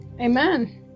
Amen